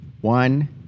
One